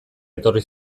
etorri